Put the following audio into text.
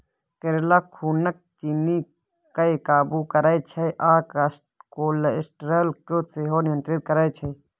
करेला खुनक चिन्नी केँ काबु करय छै आ कोलेस्ट्रोल केँ सेहो नियंत्रित करय छै